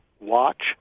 watch